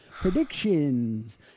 Predictions